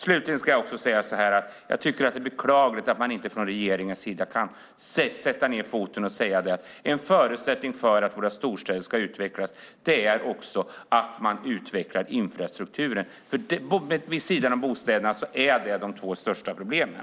Slutligen vill jag också säga att jag tycker att det är beklagligt att regeringen inte kan sätta ned foten och säga att en förutsättning för att våra storstäder ska utvecklas är att man utvecklar infrastrukturen. Det utgör tillsammans med bostäderna de två största problemen.